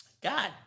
God